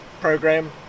program